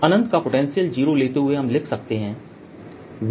अनंत का potential zero लेते हुए हम लिख सकते हैं VZ0q24π014z0